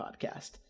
podcast